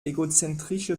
egozentrische